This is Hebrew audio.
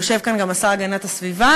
יושב כאן גם השר להגנת הסביבה,